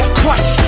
crush